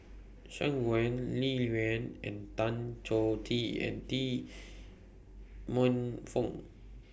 Shangguan Liuyun and Tan Choh Tee and Tee Man Fong